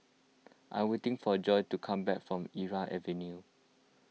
I am waiting for Joy to come back from Irau Avenue